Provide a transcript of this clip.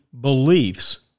beliefs